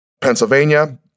Pennsylvania